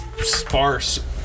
sparse